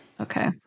Okay